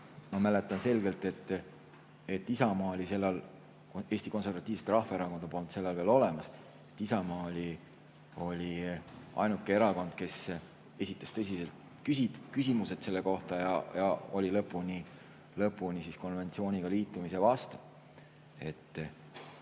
ma mäletan selgelt, et Isamaa oli sellal – Eesti Konservatiivset Rahvaerakonda polnud sel ajal veel olemas – ainuke erakond, kes esitas tõsiselt küsimusi selle kohta ja oli lõpuni konventsiooniga liitumise vastu.